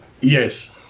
Yes